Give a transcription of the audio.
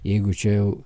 jeigu čia jau